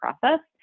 process